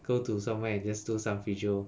go to somewhere and just do some physiotherapy